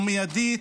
ומיידית.